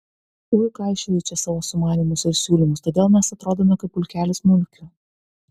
ui kaišioji čia savo sumanymus ir siūlymus todėl mes atrodome kaip pulkelis mulkių